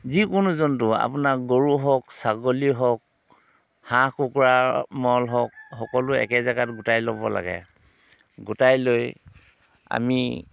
যিকোনো জন্তু আপোনাৰ গৰু হওক ছাগলী হওক হাঁহ কুকুৰাৰ মল হওক সকলো একে জাগাত গোটাই ল'ব লাগে গোটাই লৈ আমি